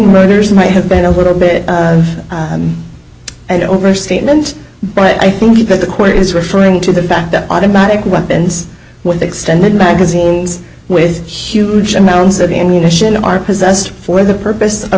murders might have been a little bit of an overstatement but i think that the court is referring to the fact that automatic weapons with extended magazines with huge amounts of ammunition are possessed for the purpose of